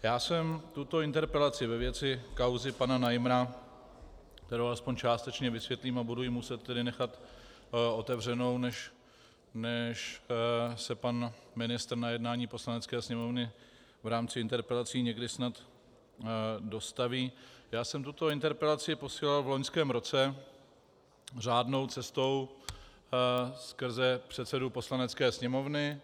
Já jsem tuto interpelaci ve věci kauzy pana Najmra, kterou alespoň částečně vysvětlím a budu ji muset tedy nechat otevřenou, než se pan ministr na jednání Poslanecké sněmovny v rámci interpelací někdy snad dostaví, tuto interpelaci jsem posílal v loňském roce řádnou cestou skrze předsedu Poslanecké sněmovny.